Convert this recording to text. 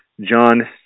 John